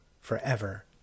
forever